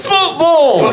Football